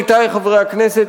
עמיתי חברי הכנסת,